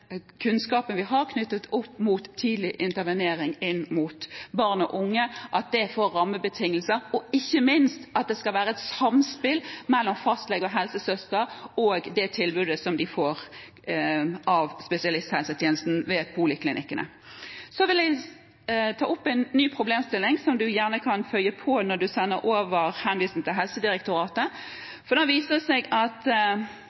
kunnskapen vi har, knyttet opp mot tidlig intervenering inn mot barn og unge, og at det får gode rammebetingelser, og ikke minst at det skal være et samspill mellom fastlege og helsesøster og det tilbudet som de får av spesialisthelsetjenesten ved poliklinikkene. Så vil jeg ta opp en ny problemstilling, som du gjerne kan føye til når du sender over henvisning til Helsedirektoratet: Det viser seg at